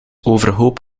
overhoop